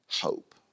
Hope